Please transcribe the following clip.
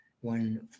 one